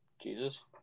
Jesus